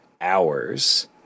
hours